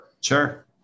Sure